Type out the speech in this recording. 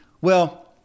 well-